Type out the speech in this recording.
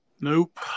Nope